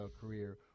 career